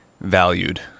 valued